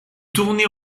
tournait